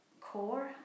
core